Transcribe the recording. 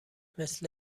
مثل